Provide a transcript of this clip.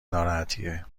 ناراحتیه